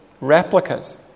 replicas